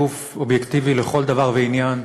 גוף אובייקטיבי לכל דבר ועניין,